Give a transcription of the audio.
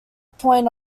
point